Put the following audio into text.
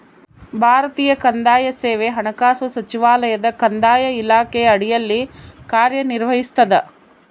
ಭಾರತೀಯ ಕಂದಾಯ ಸೇವೆ ಹಣಕಾಸು ಸಚಿವಾಲಯದ ಕಂದಾಯ ಇಲಾಖೆಯ ಅಡಿಯಲ್ಲಿ ಕಾರ್ಯನಿರ್ವಹಿಸ್ತದ